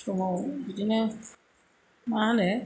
समाव बिदिनो मा होनो